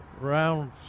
round